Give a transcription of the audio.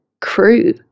crew